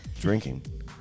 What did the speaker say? drinking